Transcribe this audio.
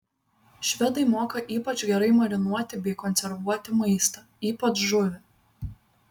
švedai moka ypač gerai marinuoti bei konservuoti maistą ypač žuvį